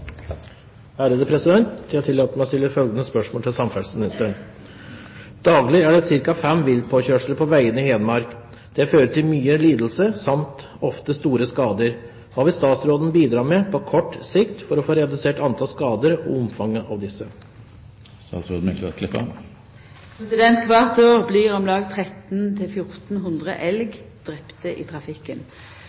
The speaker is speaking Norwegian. det ca. fem viltpåkjørsler på veiene i Hedmark. Det fører til mye lidelse samt ofte store skader. Hva vil statsråden bidra med på kort sikt for å få redusert antall skader og omfanget av disse?» Kvart år blir om lag 1 300–1 400 elg drepne i trafikken.